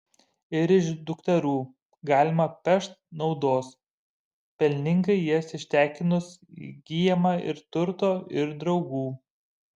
ir iš dukterų galima pešt naudos pelningai jas ištekinus įgyjama ir turto ir draugų